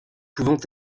pouvant